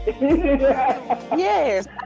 yes